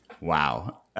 Wow